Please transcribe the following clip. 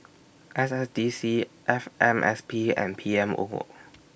S S D C F M S P and P M O